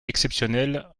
exceptionnelles